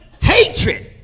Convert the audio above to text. Hatred